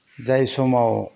जाय समाव